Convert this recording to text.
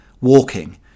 walking